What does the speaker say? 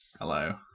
Hello